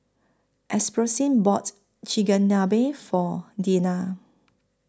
Alphonsine bought Chigenabe For Deanna